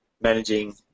managing